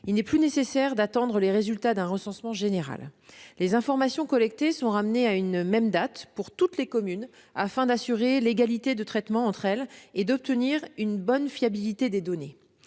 Il n'est plus nécessaire d'attendre les résultats d'un recensement général. Les informations collectées sont ramenées à une même date pour toutes les communes, afin d'assurer l'égalité de traitement et de permettre une bonne fiabilité des données.